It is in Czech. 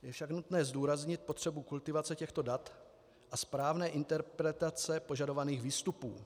Je však nutné zdůraznit potřebu kultivace těchto dat a správné interpretace požadovaných výstupů.